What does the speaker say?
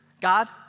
God